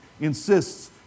Insists